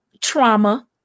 trauma